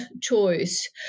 choice